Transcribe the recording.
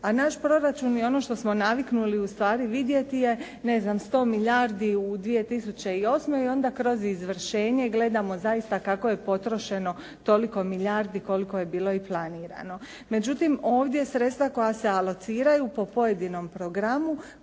a naš proračun je ono što smo naviknuli ustvari vidjeti je, ne znam 100 milijardi u 2008. i onda kroz izvršenje gledamo kako je zaista potrošeno toliko milijardi koliko je bilo i planirano. Međutim, ovdje sredstva koja se alociraju po pojedinom programu